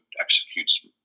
executes